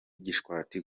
gishwati